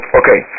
okay